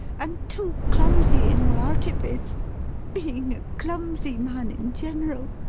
and too clumsy in all artifice being a clumsy man in general,